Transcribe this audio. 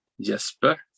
Jesper